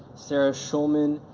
sarah schulman,